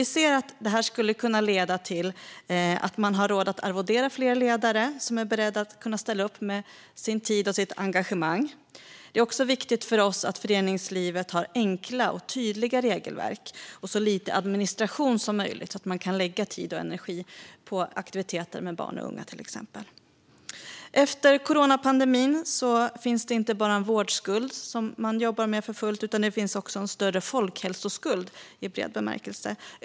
Vi ser att det här skulle kunna leda till att man har råd att arvodera fler ledare som är beredda att ställa upp med sin tid och sitt engagemang. Det är också viktigt för oss att föreningslivet har enkla och tydliga regelverk och så lite administration som möjligt, så att man kan lägga tid och energi på till exempel aktiviteter med barn och unga. Efter coronapandemin finns det inte bara en vårdskuld, som man jobbar med för fullt, utan också en större folkhälsoskuld i bred bemärkelse.